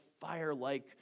fire-like